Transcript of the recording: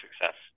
success